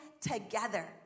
together